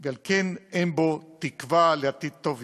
ועל כן אין בו תקווה לעתיד טוב יותר.